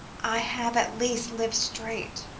i have at least lived straight.